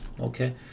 Okay